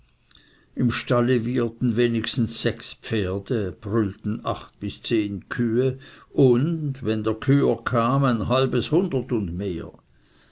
im stalle wieherten wenigstens sechs pferde brüllten acht bis zehn kühe und wenn der küher kam ein halbes hundert und mehr